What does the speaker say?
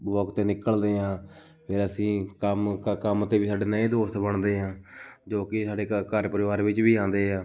walk 'ਤੇ ਨਿਕਲਦੇ ਹਾਂ ਫਿਰ ਅਸੀਂ ਕੰਮ ਕ ਕੰਮ 'ਤੇ ਵੀ ਸਾਡੇ ਨਵੇਂ ਦੋਸਤ ਬਣਦੇ ਆ ਜੋ ਕਿ ਸਾਡੇ ਘ ਘਰ ਪਰਿਵਾਰ ਵਿੱਚ ਵੀ ਆਉਂਦੇ ਆ